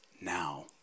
now